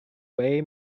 way